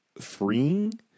freeing